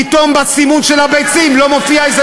פתאום בסימון של הביצים לא מופיע מאיזו